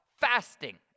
fasting